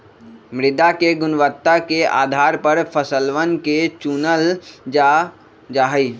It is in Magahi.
मृदा के गुणवत्ता के आधार पर फसलवन के चूनल जा जाहई